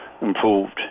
improved